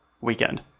weekend